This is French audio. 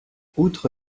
outre